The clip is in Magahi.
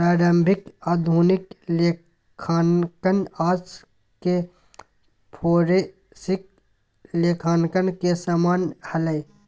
प्रारंभिक आधुनिक लेखांकन आज के फोरेंसिक लेखांकन के समान हलय